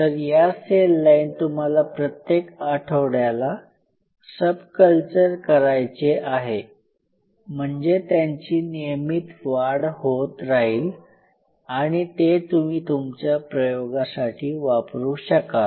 तर या cell line तुम्हाला प्रत्येक आठवड्याला सब कल्चर करायचे आहे म्हणजे त्यांची नियमित वाढ होत राहील आणि ते तुम्ही तुमच्या प्रयोगासाठी वापरू शकाल